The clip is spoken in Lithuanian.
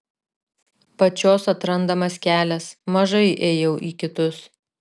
pačios atrandamas kelias mažai ėjau į kitus